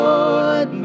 Lord